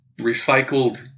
recycled